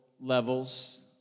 levels